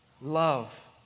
love